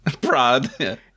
prod